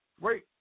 wait